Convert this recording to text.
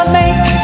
make